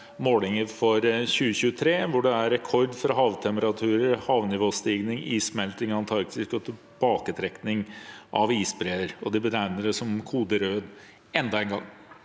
målinger for 2023, hvor det er rekord for havtemperaturer, havnivåstigning, issmelting i Antarktis og tilbaketrekning av isbreer, og de betegner det enda en gang